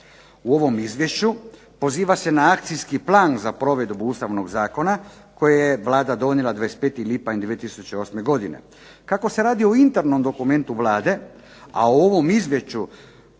U ovom Izvješću poziva se na akcijski plan za provedbu Ustavnog Zakona koji je Vlada donijela 25. lipnja 2008. godine. Kako se radi o internom dokumentu Vlade, a u ovom slučaju